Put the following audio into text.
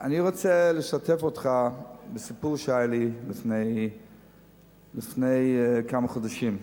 אני רוצה לשתף אותך בסיפור שהיה לי לפני כמה חודשים,